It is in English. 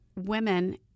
women